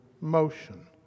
motion